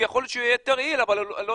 יכול להיות שהוא יהיה יותר יעיל אבל אולי לא